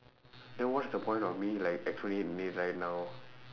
then what's the point of me like explaining it right now